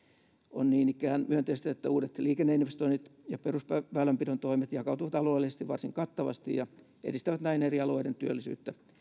on niin ikään myönteistä että uudet liikenneinvestoinnit ja perusväylänpidon toimet jakautuvat alueellisesti varsin kattavasti ja edistävät näin eri alueiden työllisyyttä